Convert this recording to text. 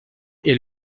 est